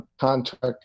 contract